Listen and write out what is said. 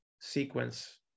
sequence